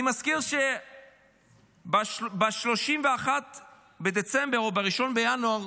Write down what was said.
אני מזכיר ש ב-31 בדצמבר או ב-1 בינואר,